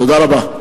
תודה רבה.